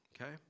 okay